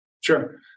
sure